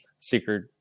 secret